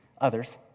Others